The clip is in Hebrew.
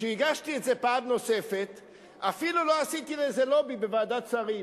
כשהגשתי את זה פעם נוספת אפילו לא עשיתי לזה לובי בוועדת השרים,